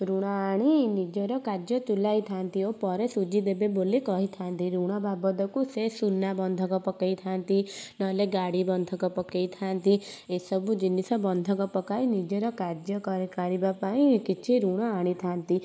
ଋଣ ଆଣି ନିଜର କାର୍ଯ୍ୟ ତୁଲାଇଥାନ୍ତି ଓ ପରେ ସୁଜି ଦେବେ ବୋଲି କହିଥାନ୍ତି ଋଣ ବାବଦକୁ ସେ ସୁନା ବନ୍ଧକ ପକାଇଥାନ୍ତି ନହେଲେ ଗାଡ଼ି ବନ୍ଧକ ପକାଇଥାନ୍ତି ଏ ସବୁ ଜିନିଷ ବନ୍ଧକ ପକାଇ ନିଜର କାର୍ଯ୍ୟ କରି କରିବା ପାଇଁ କିଛି ଋଣ ଆଣିଥାନ୍ତି